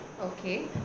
Okay